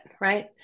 right